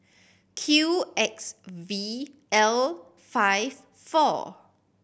Q X V L five four